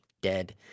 dead